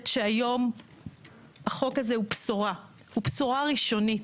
שהיום החוק הזה הוא בשורה, הוא בשורה ראשונית,